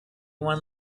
one